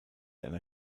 einer